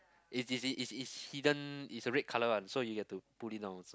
is is is is hidden is a red color one so you have to pull it down also